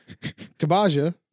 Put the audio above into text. Kabaja